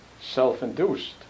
self-induced